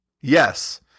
yes